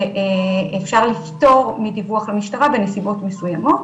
שאפשר לפטור מדיווח למשטרה בנסיבות מסוימות,